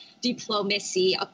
diplomacy